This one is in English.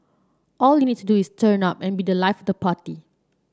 all you need to do is turn up and be the life the party